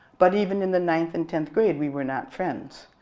but even in the ninth and tenth grade, we were not friends.